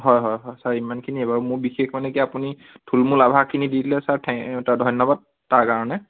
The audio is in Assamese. হয় হয় হয় ছাৰ ইমানখিনিয়ে বাৰু মোৰ বিশেষ মানে কি আপুনি থূলমূল আভাসখিনি দি দিলে ছাৰ থেং ছাৰ ধন্যবাদ তাৰ কাৰণে